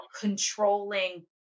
controlling